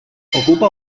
ocupa